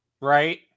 right